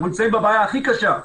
אנחנו נמצאים בבעיה הכי קשה,